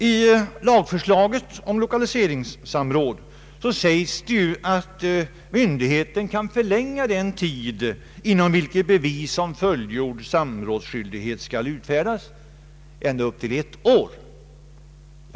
I lagförslaget om lokaliseringssamråd sägs ju att myndigheten kan förlänga den tid, inom vilken bevis om fullgjord samrådsskyldighet skall utfärdas, ända upp till ett år.